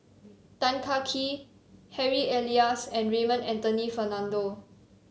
Tan Kah Kee Harry Elias and Raymond Anthony Fernando